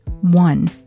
One